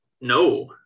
no